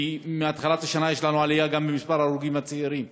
כי מתחילת השנה יש לנו עלייה גם במספר ההרוגים הצעירים,